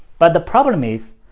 but the problem is